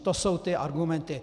To jsou ty argumenty.